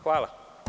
Hvala.